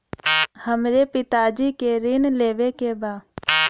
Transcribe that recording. हमरे पिता जी के ऋण लेवे के बा?